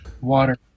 water